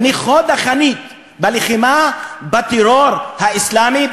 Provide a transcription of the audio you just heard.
אני חוד החנית בלחימה בטרור האסלאמי,